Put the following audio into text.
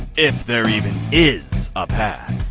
if there even is a path!